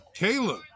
Caleb